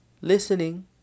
listening